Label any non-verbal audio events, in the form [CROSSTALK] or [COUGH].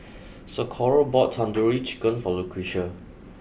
[NOISE] Socorro bought Tandoori Chicken for Lucretia